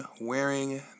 wearing